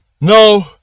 no